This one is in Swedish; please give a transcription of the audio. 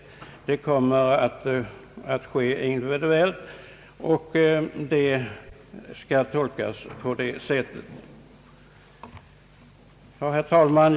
Bidragen kommer att utgå individuellt. Det är så det skall tolkas. Herr talman!